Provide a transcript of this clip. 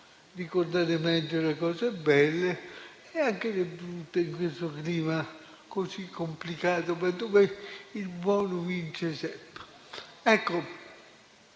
ricordare meglio le cose belle e anche le brutte, in questo clima così complicato, perché il buono vince sempre).